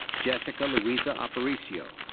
jessica luisa aparicio.